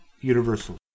universal